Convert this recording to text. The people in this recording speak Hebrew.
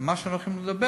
מה שאנחנו נדבר,